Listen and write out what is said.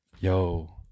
yo